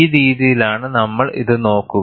ഈ രീതിയിലാണ് നമ്മൾ ഇത് നോക്കുക